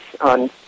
on